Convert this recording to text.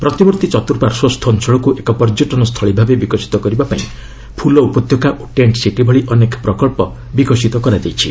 ପ୍ରତିମୂର୍ତ୍ତି ଚତୁର୍ପାର୍ଶ୍ୱସ୍ଥ ଅଞ୍ଚଳକୁ ଏକ ପର୍ଯ୍ୟଟନ ସ୍ଥଳୀ ଭାବେ ବିକଶିତ କରିବାପାଇଁ ପୁଲ ଉପତ୍ୟକା ଓ ଟେଣ୍ଟ୍ ସିଟି ଭଳି ଅନେକ ପ୍ରକଳ୍ପ ବିକଶିତ କରାଯାଇଛି